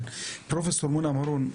פרופ' מונא מארון,